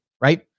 right